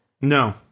No